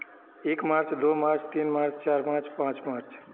एक मार्च दो मार्च तीन मार्च चार मार्च पाँच मार्च